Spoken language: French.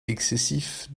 excessifs